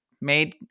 made